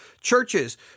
churches